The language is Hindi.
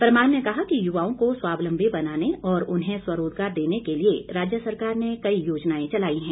परमार ने कहा कि युवाओं को स्वावलम्बी बनाने और उन्हें स्वरोजगार देने के लिए राज्य सरकार ने कई योजनाएं चलाई हैं